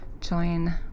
join